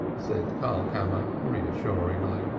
said karlkammer reassuringly.